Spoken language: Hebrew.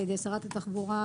על ידי שרת התחבורה,